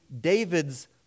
David's